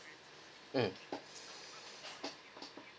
um